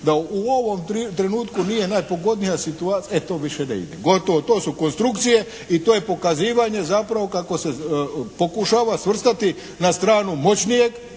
da u ovom trenutku nije najpogodnija situacija, e to više ne ide. Gotovo. To su konstrukcije i to je pokazivanje zapravo kako se pokušava svrstati na stranu moćnijeg